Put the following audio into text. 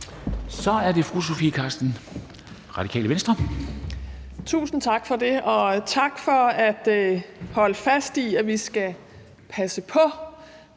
Kl. 09:18 Sofie Carsten Nielsen (RV): Tusind tak for det, og tak for at holde fast i, at vi skal passe på